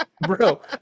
bro